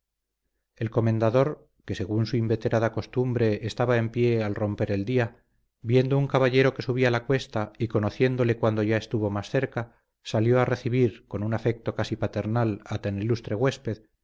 el comendador que según su inveterada costumbre estaba en pie al romper el día viendo un caballero que subía la cuesta y conociéndole cuando ya estuvo más cerca salió a recibir con un afecto casi paternal a tan ilustre huésped